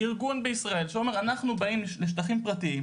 ארגון בישראל שאומר: אנחנו באים לשטחים פרטיים,